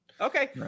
Okay